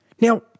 Now